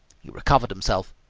he recovered himself.